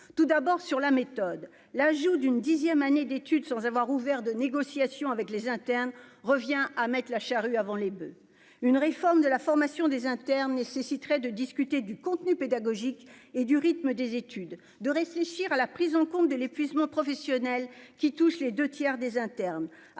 tout d'abord sur la méthode, l'ajout d'une dixième année d'études sans avoir ouvert de négociations avec les internes revient à mettre la charrue avant les boeufs, une réforme de la formation des internes nécessiterait de discuter du contenu pédagogique et du rythme des études de réfléchir à la prise en compte de l'épuisement professionnel qui touche les 2 tiers des internes